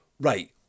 right